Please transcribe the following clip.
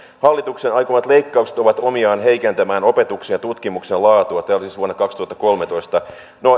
hallituksen aikomat leikkaukset ovat omiaan heikentämään opetuksen ja tutkimuksen laatua tämä oli siis vuonna kaksituhattakolmetoista